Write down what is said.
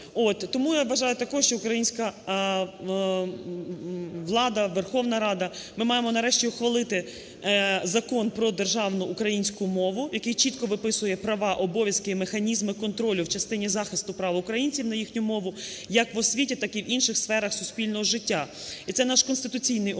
Тому я вважаю також, що українська влада, Верховна Рада – ми маємо нарешті ухвалити Закон про державну українську мову, який чітко виписує права, обов'язки і механізми контролю в частині захисту прав українців на їхню мову, як в освіті, так і в інших сферах суспільного життя. І це наш конституційний обов'язок